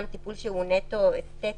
גם טיפול שהוא נטו אסתטי,